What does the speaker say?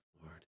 Lord